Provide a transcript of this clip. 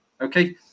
Okay